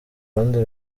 rundi